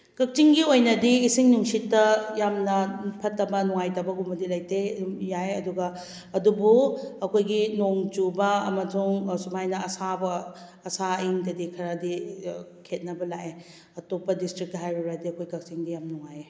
ꯀꯛꯆꯤꯡꯒꯤ ꯑꯣꯏꯅꯗꯤ ꯏꯁꯤꯡ ꯅꯨꯡꯁꯤꯠꯇ ꯌꯥꯝꯅ ꯐꯠꯇꯕ ꯅꯨꯉꯥꯏꯇꯕꯒꯨꯝꯕꯗꯤ ꯂꯩꯇꯦ ꯑꯗꯨꯝ ꯌꯥꯏ ꯑꯗꯨꯒ ꯑꯗꯨꯕꯨ ꯑꯩꯈꯣꯏꯒꯤ ꯅꯣꯡ ꯆꯨꯕ ꯑꯃꯁꯨꯡ ꯑꯁꯨꯃꯥꯏꯅ ꯑꯁꯥꯕ ꯑꯁꯥ ꯑꯏꯪꯗꯗꯤ ꯈꯔꯗꯤ ꯈꯦꯅꯕ ꯂꯥꯛꯑꯦ ꯑꯇꯣꯞꯄ ꯗꯤꯁꯇ꯭ꯔꯤꯛꯀ ꯍꯥꯏꯔꯨꯔꯗꯤ ꯑꯩꯈꯣꯏ ꯀꯛꯆꯤꯡꯗꯤ ꯌꯥꯝꯅ ꯅꯨꯉꯥꯏꯌꯦ